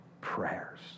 prayers